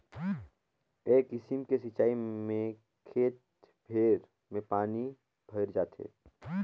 ए किसिम के सिचाई में खेत भेर में पानी भयर जाथे